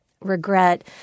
Regret